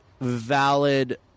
valid